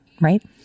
right